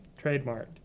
Trademarked